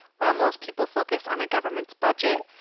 while most people focus on a government's budget,